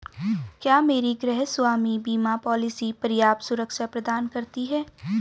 क्या मेरी गृहस्वामी बीमा पॉलिसी पर्याप्त सुरक्षा प्रदान करती है?